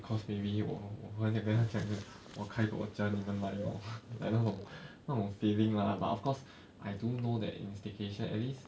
because maybe 我我很想跟他讲的我开我家你们来 lor I don't know 那种 feeling lah but I do know that instigation at least